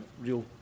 real